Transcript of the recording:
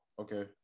Okay